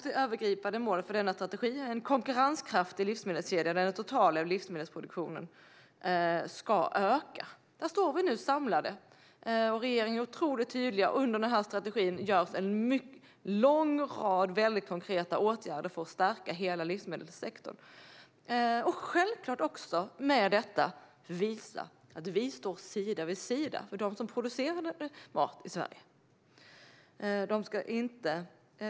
Det övergripande målet för denna strategi är en konkurrenskraftig livsmedelskedja där den totala livsmedelsproduktionen ska öka. Där står vi nu samlade. Inom denna strategi föreslås en lång rad konkreta åtgärder för att stärka hela livsmedelssektorn. Med dessa åtgärder vill vi visa att vi står sida vid sida med dem som producerar mat i Sverige.